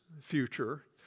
future